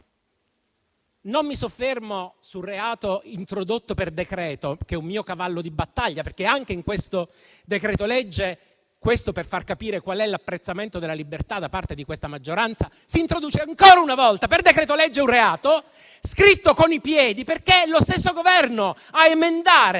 Non mi soffermo sul reato introdotto per decreto, che è un mio cavallo di battaglia, perché anche in questo decreto-legge - per far capire qual è l'apprezzamento della libertà da parte di questa maggioranza - si introduce ancora una volta per decreto-legge un reato scritto con i piedi perché è lo stesso Governo a emendare